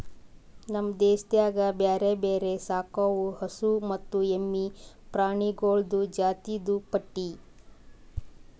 ನಮ್ ದೇಶದಾಗ್ ಬ್ಯಾರೆ ಬ್ಯಾರೆ ಸಾಕವು ಹಸು ಮತ್ತ ಎಮ್ಮಿ ಪ್ರಾಣಿಗೊಳ್ದು ಜಾತಿದು ಪಟ್ಟಿ